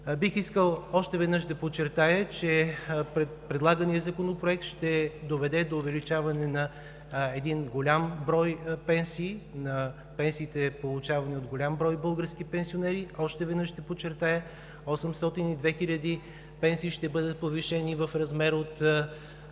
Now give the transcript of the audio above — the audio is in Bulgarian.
Бих искал още веднъж да подчертая, че предлаганият Законопроект ще доведе до увеличаване на голям брой пенсии, получавани от голям брой български пенсионери. Още веднъж ще подчертая – 802 хиляди пенсии ще бъдат повишени в размер от